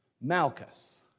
Malchus